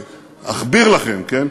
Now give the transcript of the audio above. להכביר לכם, כן,